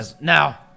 now